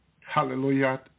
hallelujah